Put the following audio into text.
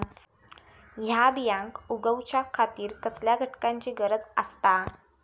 हया बियांक उगौच्या खातिर कसल्या घटकांची गरज आसता?